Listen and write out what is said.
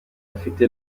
afite